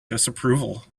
disapproval